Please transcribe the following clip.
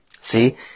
See